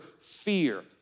fear